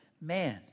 Man